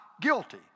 guilty